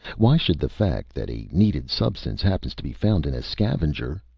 why should the fact that a needed substance happens to be found in a scavenger.